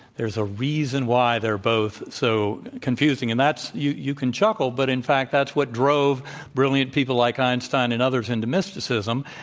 there's a reason why they're both so confusing. and that's you you can chuckle, but in fact, that's what drove brilliant people like einstein and others into mysticism.